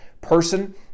person